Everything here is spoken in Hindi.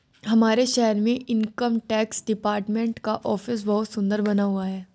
हमारे शहर में इनकम टैक्स डिपार्टमेंट का ऑफिस बहुत सुन्दर बना हुआ है